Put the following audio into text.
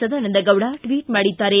Sadananda Gowda tweet ಮಾಡಿದ್ದಾರೆ